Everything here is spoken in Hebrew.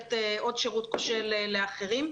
לתת עוד שירות כושל לאחרים.